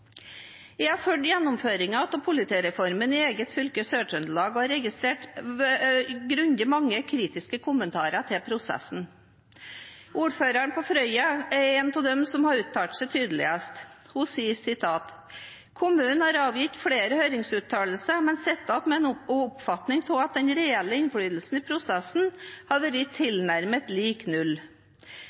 Jeg har fulgt gjennomføringen av politireformen i eget fylke, Sør-Trøndelag, og registrert grundig mange kritiske kommentarer til prosessen. Ordføreren på Frøya er en av dem som har uttalt seg tydeligst. Hun sier: «Kommunen har avgitt flere høringsuttalelser, men sitter igjen med en oppfatning av at den reelle innflytelsen i prosessen har vært tilnærmet lik null.